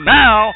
now